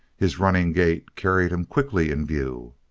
his running gait carried him quickly in view.